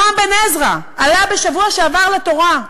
נאור בן-עזרא, עלה בשבוע שעבר לתורה,